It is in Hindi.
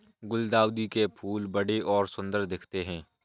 गुलदाउदी के फूल बड़े और सुंदर दिखते है